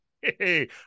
hey